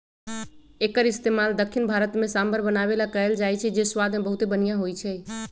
एक्कर इस्तेमाल दख्खिन भारत में सांभर बनावे ला कएल जाई छई जे स्वाद मे बहुते बनिहा होई छई